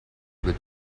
which